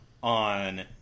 On